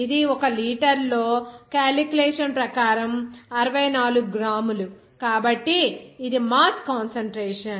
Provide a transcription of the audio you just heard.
ఇది 1 లీటర్లో క్యాలిక్యులేషన్ ప్రకారం 64 గ్రాములు కాబట్టి ఇది మాస్ కాన్సంట్రేషన్